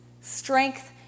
strength